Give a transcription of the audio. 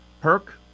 Perk